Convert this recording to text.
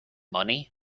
money